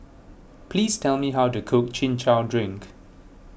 please tell me how to cook Chin Chow Drink